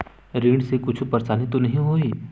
ऋण से कुछु परेशानी तो नहीं होही?